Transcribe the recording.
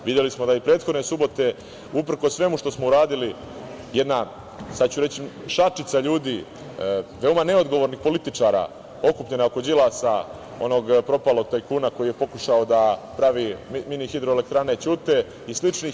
Videli smo da je i prethodne subote, uprkos svemu što smo uradili jedna, sad ću reći, šačica ljudi, veoma neodgovornih političara okupljena oko Đilasa, onog propalog tajkuna koji je pokušao da pravi mini hidroelektrane ćute i sličnih.